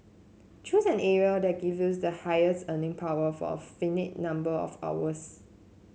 choose an area that gives the highest earning power for a finite number of hours